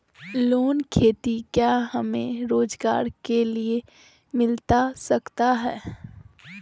Loan खेती क्या हमें रोजगार के लिए मिलता सकता है?